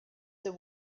the